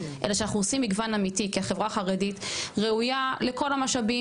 אלא שאנחנו עושים מגוון אמיתי כי החברה החרדית ראויה לכל המשאבים